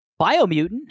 Biomutant